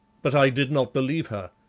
but i did not believe her.